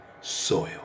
soil